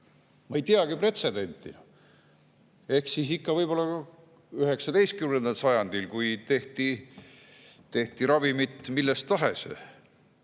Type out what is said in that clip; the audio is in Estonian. Ma ei teagi pretsedenti. Ehk ikka 19. sajandil, kui tehti ravimit millest tahes.